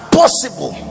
possible